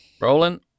Roland